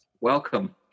Welcome